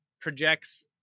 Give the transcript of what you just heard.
projects